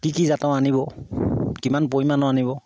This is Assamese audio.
কি কি জাতৰ আনিব কিমান পৰিমাণৰ আনিব